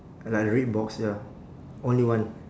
like red box ya only one